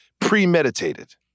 premeditated